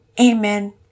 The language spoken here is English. Amen